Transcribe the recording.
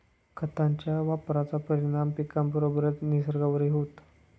खतांच्या वापराचा परिणाम पिकाबरोबरच निसर्गावरही होतो